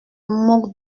moque